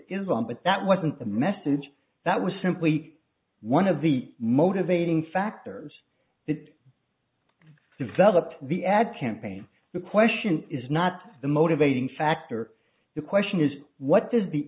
but that wasn't the message that was simply one of the motivating factors that developed the ad campaign the question is not the motivating factor the question is what does the